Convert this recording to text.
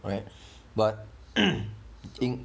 alright but in